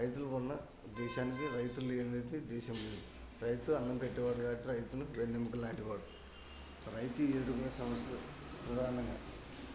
రైతులు ఉన్న దేశానికి రైతు లేనిదే దేశం లేదు రైతు అన్నం పెట్టేవాడు కాబట్టి రైతు వెన్నెముక లాంటివాడు రైతు ఎదుర్కొనే సమస్యలు ఉదాహణంగా